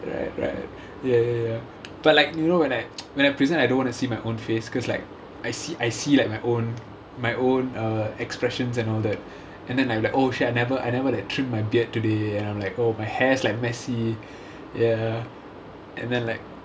right right ya ya ya but like you know when I when I present I don't want to see my own face because like I see I see like my own my own err expressions and all that and then like the oh shit I never I never like trip my beard today and I'm like oh my hair is like messy ya and then like